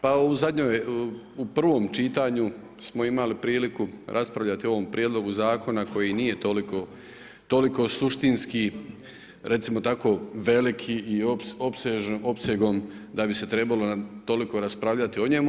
Pa u zadnjoj, u prvom čitanju smo imali priliku raspravljati o ovom prijedlogu zakona koji i nije toliko suštinski recimo tako veliki i opsegom da bi se trebalo toliko raspravljati o njemu.